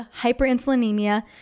hyperinsulinemia